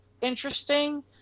interesting